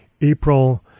April